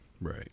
Right